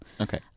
Okay